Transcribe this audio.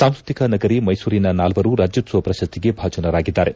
ಸಾಂಸ್ಟೃತಿಕ ನಗರಿ ಮೈಸೂರಿನ ನಾಲ್ವರು ರಾಜ್ಯೋತ್ಸವ ಪ್ರಶಸ್ತಿಗೆ ಭಾಜನರಾಗಿದ್ದಾರೆ